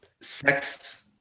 sex